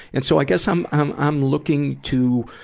and so, i guess i'm, i'm, i'm looking to,